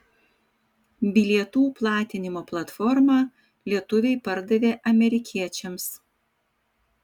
bilietų platinimo platformą lietuviai pardavė amerikiečiams